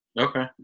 Okay